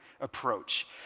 approach